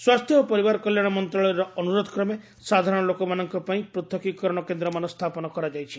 ସ୍ୱାସ୍ଥ୍ୟ ଓ ପରିବାର କଲ୍ୟାଶ ମନ୍ତ୍ରଣାଳୟର ଅନୁରୋଧ କ୍ରମେ ସାଧାରଣ ଲୋକମାନଙ୍କ ପାଇଁ ପୃଥକୀକରଣ କେନ୍ଦ୍ରମାନ ସ୍ଥାପନ କରାଯାଇଛି